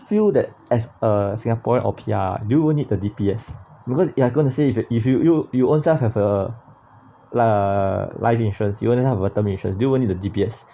feel that as a singaporean or P_R do you need the D_P_S because you are going to say if you if you you you ownself have a uh life insurance you wouldn't have termination do you even need the D_P_S